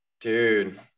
Dude